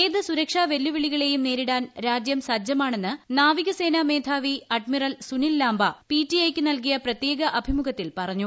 ഏത് സൂരക്ഷാ വെല്ലുവിളികളേയും നേരിടാൻ രാജ്യം സജ്ജമാണെന്ന് നാവികസേന മേധാവി admiral Sunil Lanba P T I ക്ക് നൽകിയ പ്രത്യേക അഭിമുഖത്തിൽ പറഞ്ഞു